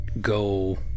go